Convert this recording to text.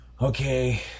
okay